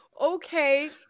okay